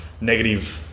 negative